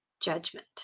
Judgment